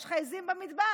יש לך עיזים במטבח.